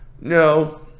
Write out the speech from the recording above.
No